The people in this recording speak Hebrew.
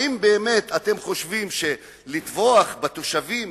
האם באמת אתם חושבים שלטבוח בתושבים,